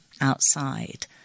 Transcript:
outside